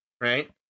right